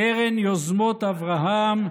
קרן יוזמות אברהם,